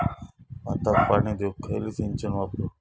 भाताक पाणी देऊक खयली सिंचन वापरू?